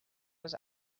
was